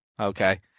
Okay